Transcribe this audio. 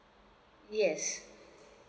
yes